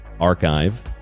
archive